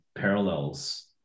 parallels